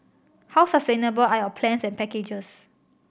how sustainable are your plans and packages